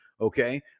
Okay